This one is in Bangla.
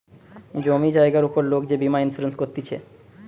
জমি জায়গার উপর লোক যে বীমা ইন্সুরেন্স করতিছে